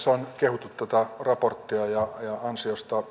on kehuttu tätä raporttia ja ansiosta